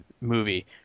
movie